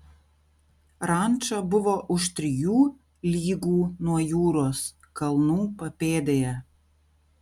ranča buvo už trijų lygų nuo jūros kalnų papėdėje